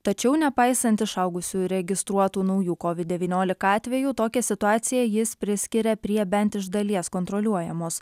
tačiau nepaisant išaugusių registruotų naujų kovid devyniolika atvejų tokią situaciją jis priskiria prie bent iš dalies kontroliuojamos